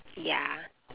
ya